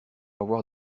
avoir